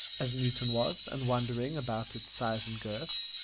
as newton was, and wondering about its size and girth,